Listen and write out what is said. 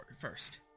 first